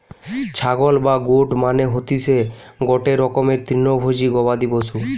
ছাগল বা গোট মানে হতিসে গটে রকমের তৃণভোজী গবাদি পশু